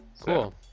cool